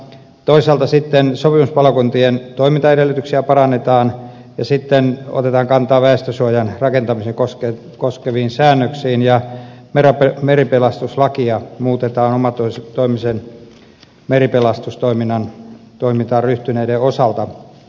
toisaalta sopimuspalokuntien toimintaedellytyksiä parannetaan ja myös otetaan kantaa väestösuojan rakentamista koskeviin säännöksiin ja meripelastuslakia muutetaan omatoimiseen meripelastustoimintaan ryhtyneiden osalta